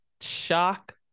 shock